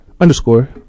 Underscore